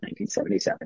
1977